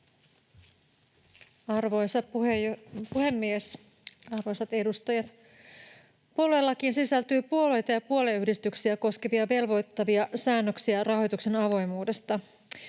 Arvoisa puhemies! Arvoisat edustajat! Puoluelakiin sisältyy puolueita ja puolueyhdistyksiä koskevia velvoittavia säännöksiä rahoituksen avoimuudesta.